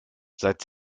seit